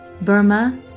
Burma